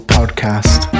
Podcast